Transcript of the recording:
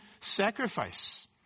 sacrifice